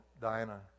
Diana